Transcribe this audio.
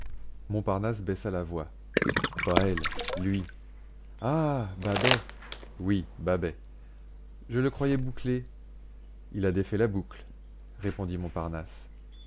montparnasse baissa la voix pas elle lui ah babet oui babet je le croyais bouclé il a défait la boucle répondit montparnasse